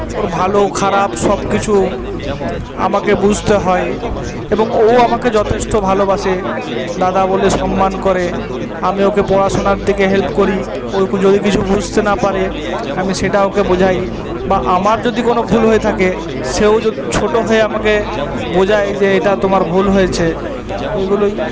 ওর ভালো খারাপ সবকিছু আমাকে বুঝতে হয় এবং ওও আমাকে যথেষ্ট ভালোবাসে দাদা বলে সম্মান করে আমি ওকে পড়াশুনার দিকে হেল্প করি ও যদি কিছু বুঝতে না পারে আমি সেটা ওকে বোঝাই বা আমার যদি কোনো ভুল হয়ে থাকে সেও ছোট হয়ে আমাকে বোঝায় যে এটা তোমার ভুল হয়েছে এগুলোই